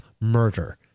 murder